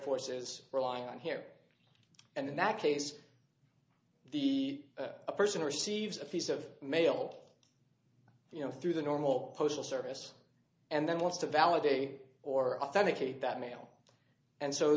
force is relying on here and in that case the person receives a piece of mail you know through the normal postal service and then wants to validate or authenticate that mail and so